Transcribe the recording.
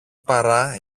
παρά